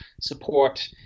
support